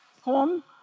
home